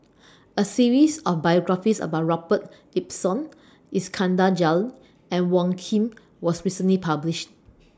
A series of biographies about Robert Ibbetson Iskandar Jalil and Wong Keen was recently published